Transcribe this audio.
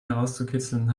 herauszukitzeln